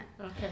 Okay